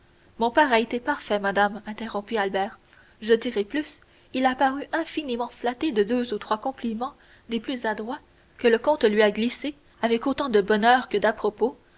mon père a été parfait madame interrompit albert je dirai plus il a paru infiniment flatté de deux ou trois compliments des plus adroits que le comte lui a glissés avec autant de bonheur que d'à-propos